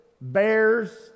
bears